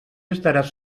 estaràs